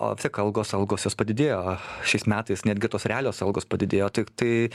o vis tiek algos algos jos padidėjo šiais metais netgi tos realios algos padidėjo tiktai